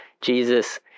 Jesus